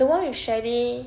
the one with chalet